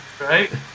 right